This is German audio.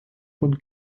von